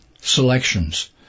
selections